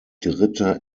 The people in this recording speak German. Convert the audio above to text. dritte